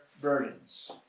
burdens